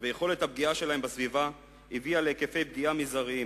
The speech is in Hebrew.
ויכולת הפגיעה שלהם בסביבה הביאו להיקפי פגיעה מזעריים,